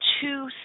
two